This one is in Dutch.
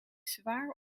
zwaar